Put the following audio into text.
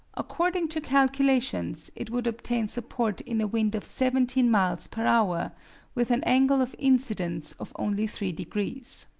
according to calculations, it would obtain support in a wind of seventeen miles per hour with an angle of incidence of only three degrees.